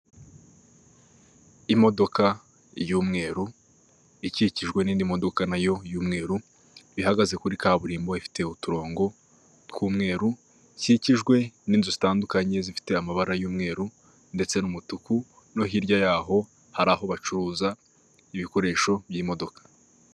Imodoka y'umweru ikikijwe n'indi modoka nayo y'umweru ihagaze kuri kaburimbo ifite uturongo tw'umweru, ikikijwe n'inzu zitandukanye zifite amabara y'umweru ndetse n'umutuku, no hirya yaho hari aho bacuruza ibikoresho by'imodoka.